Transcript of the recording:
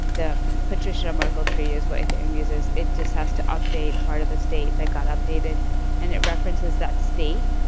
the patricia merkle tree is what ethereum uses. it just has to update part of the state that got updated and it references that state,